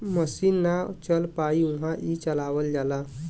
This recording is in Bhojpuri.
मसीन ना चल पाई उहा ई चलावल जाला